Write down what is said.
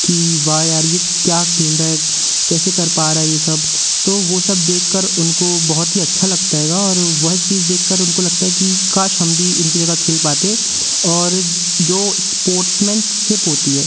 कि वाह यार यह क्या खेल रहा है कैसे कर पा रहा है ये सब तो वो सब देख कर उनको बहुत ही अच्छा लगता हैगा और वह चीज़ देख कर उनको लगता है कि काश हम भी इनकी जगह खेल पाते और जो स्पोर्ट्समैनसिप होती है